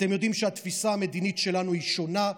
אתם יודעים שהתפיסה המדינית שלנו היא שונה,